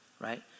right